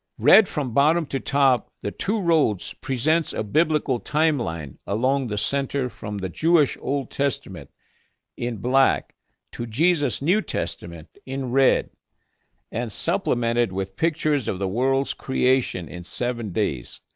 read from bottom to top, the two roads presents a biblical timeline along the center from the jewish old testament in black to jesus' new testament in red and supplemented with pictures of the world's creation in seven days,